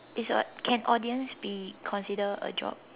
it's a can audience be consider a job